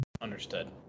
Understood